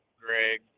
Greg